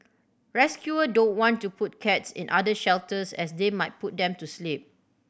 rescuer don't want to put cats in other shelters as they might put them to sleep